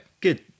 Good